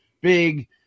big